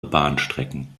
bahnstrecken